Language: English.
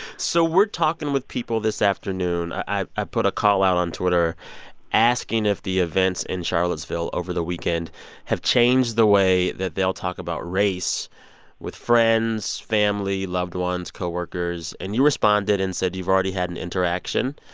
so we're talking with people this afternoon. i i put a call-out on twitter asking if the events in charlottesville over the weekend have changed the way that they'll talk about race with friends, family, loved ones, co-workers. and you responded and said you've already had an interaction.